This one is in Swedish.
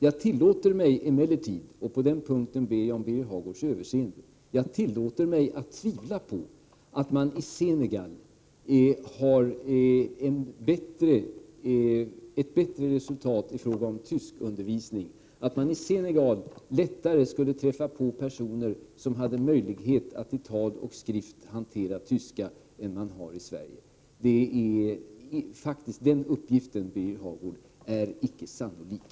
Jag tillåter mig emellertid — på den punkten ber jag om Birger Hagårds överseende — att tvivla på att man i Senegal har ett bättre resultat i fråga om tyskundervisning, att man i Senegal lättare skulle träffa på personer som har möjlighet att hantera tyska språket i tal och skrift, än man gör i Sverige. Den uppgiften, Birger Hagård, är faktiskt inte sannolik.